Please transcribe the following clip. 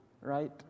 right